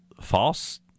false